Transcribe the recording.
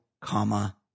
comma